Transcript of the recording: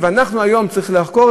ואת התשובה אנחנו חייבים לחקלאים: